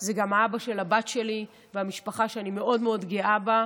זה גם האבא של הבת שלי והמשפחה שאני מאוד מאוד גאה בה.